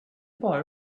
boy